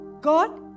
god